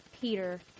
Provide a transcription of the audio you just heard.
Peter